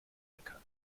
meckern